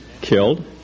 killed